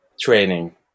training